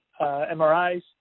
MRIs